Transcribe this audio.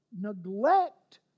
neglect